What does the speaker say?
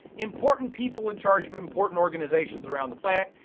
important people in charge of important organizations around the planet.